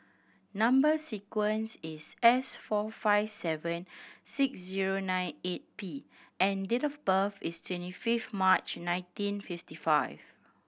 number sequence is S four five seven six zero nine eight P and date of birth is twenty five March nineteen fifty five